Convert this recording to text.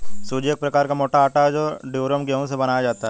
सूजी एक प्रकार का मोटा आटा है जो ड्यूरम गेहूं से बनाया जाता है